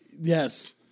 yes